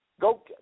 go